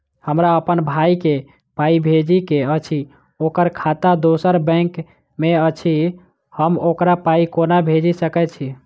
हमरा अप्पन भाई कऽ पाई भेजि कऽ अछि, ओकर खाता दोसर बैंक मे अछि, हम ओकरा पाई कोना भेजि सकय छी?